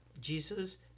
Jesus